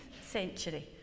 century